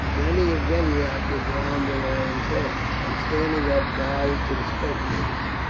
then he again wrapped it round the lion's head, and standing up bowed to the spectators.